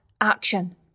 action